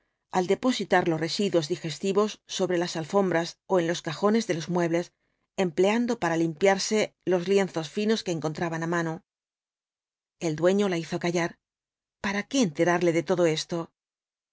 al depositar los residuos digestivos sobre las alfombras ó en los cajones de los muebles empleando para limpiarse los lienzos finos que encontraban á mano el dueño la hizo callar para qué enterarle de todo esto